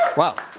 ah wow.